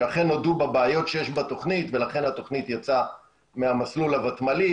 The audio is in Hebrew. שאכן הודו בבעיות שיש בתוכנית ולכן התוכנית יצאה מהמסלול הותמ"לי.